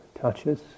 touches